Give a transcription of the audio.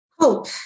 Hope